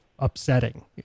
upsetting